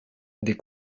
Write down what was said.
des